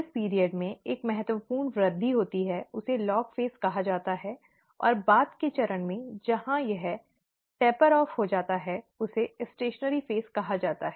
जिस अवधि में एक महत्वपूर्ण वृद्धि होती है उसे लॉग चरण"log phase' कहा जाता है और बाद के चरण में जहां यह धीरे धीरे कम हो जाता है उसे 'स्टेशनरी चरण"stationary phase' कहा जाता है